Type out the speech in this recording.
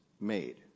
made